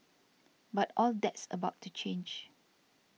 but all that's about to change